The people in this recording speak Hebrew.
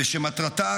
ושמטרתה,